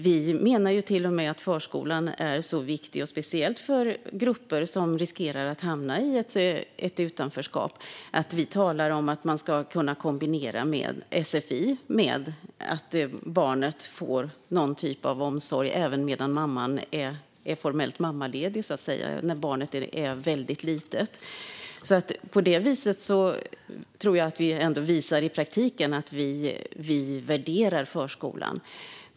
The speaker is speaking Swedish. Vi menar till och med att förskolan är så viktig - speciellt för grupper som riskerar att hamna i ett utanförskap - att vi talar om att man ska kunna kombinera sfi med att barnet får någon typ av omsorg även medan mamman formellt är mammaledig när barnet är väldigt litet. På det viset tror jag att vi visar i praktiken att vi värderar förskolan.